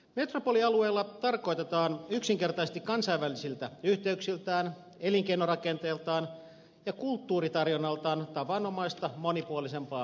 metropolialueella tarkoitetaan yksinkertaisesti kansainvälisiltä yhteyksiltään elinkeinorakenteeltaan ja kulttuuritarjonnaltaan tavanomaista monipuolisempaa kaupunkiseutua